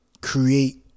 create